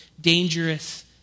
dangerous